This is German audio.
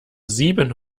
sieben